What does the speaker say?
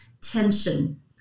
tension